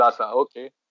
Okay